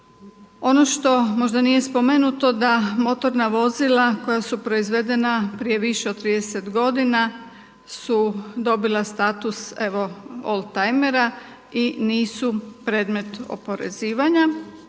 Ono što možda nije spomenuto da motorna vozila koja su proizvedena prije više od 30 godina su dobila status evo oldtajmera i nisu predmet oporezivanja.